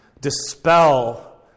dispel